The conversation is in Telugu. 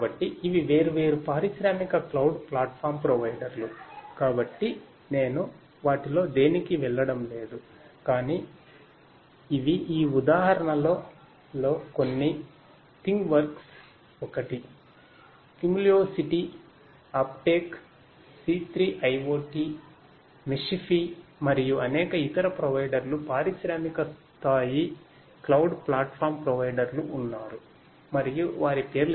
కాబట్టి ఇవి వేర్వేరు పారిశ్రామిక క్లౌడ్ ప్లాట్ఫాం ప్రొవైడర్లు కాబట్టి నేను వాటిలో దేనికీ వెళ్ళడం లేదు కానీ ఇవి ఈ ఉదాహరణలలో కొన్ని థింగ్వర్క్స్ ప్రొవైడర్లు